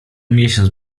miesiąc